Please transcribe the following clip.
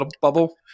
bubble